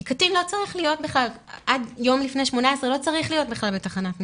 כי קטין עד יום לפני גיל 18 לא צריך להיות בכלל בתחנת משטרה.